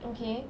okay